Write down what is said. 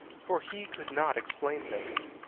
for he could not explain things.